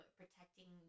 protecting